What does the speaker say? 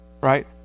right